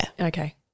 Okay